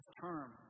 term